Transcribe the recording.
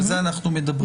על זה אנחנו מדברים.